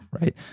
right